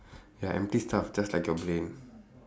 ya empty stuff just like your brain